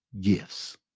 gifts